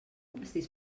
pastís